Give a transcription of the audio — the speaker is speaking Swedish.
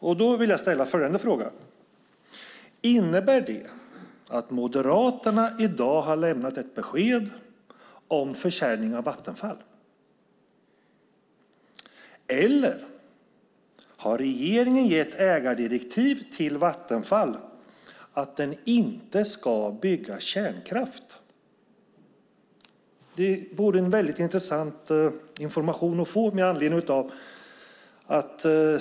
Jag vill ställa följande fråga: Innebär det att Moderaterna i dag har lämnat ett besked om försäljning av Vattenfall, eller har regeringen gett ägardirektiv till Vattenfall om att inte bygga kärnkraft? Det skulle vara mycket intressant att få den informationen.